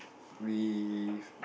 with